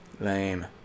lame